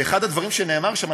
ואחד הדברים שנאמרו שם,